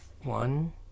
One